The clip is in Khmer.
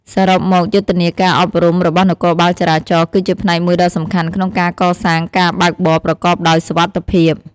សរុបមក យុទ្ធនាការអប់រំរបស់នគរបាលចរាចរណ៍គឺជាផ្នែកមួយដ៏សំខាន់ក្នុងការកសាងការបើកបរប្រកបដោយសុវត្ថិភាព។